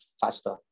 faster